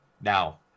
Now